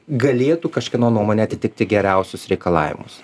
galėtų kažkieno nuomone atitikti geriausius reikalavimus